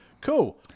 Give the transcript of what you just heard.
Cool